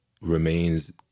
remains